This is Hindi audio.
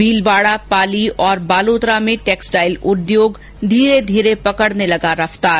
भीलवाड़ा पाली और बालोतरा में टैक्सटाइल उद्योग धीरे धीरे फिर पकड़ने लगा रफ्तार